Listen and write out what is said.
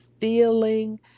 feeling